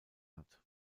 hat